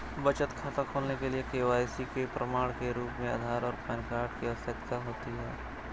बचत खाता खोलने के लिए के.वाई.सी के प्रमाण के रूप में आधार और पैन कार्ड की आवश्यकता होती है